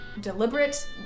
deliberate